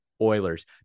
oilers